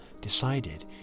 decided